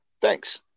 Thanks